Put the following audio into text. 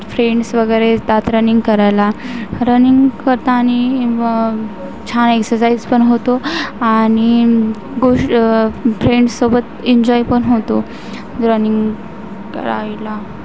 friends वगैरे येतात running करायला रनिंग करताना छान एक्ससाईज पण होतो आणि गोष फ्रेंडसोबत इन्जॉय पण होतो रनिंग करायला